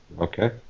Okay